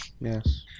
yes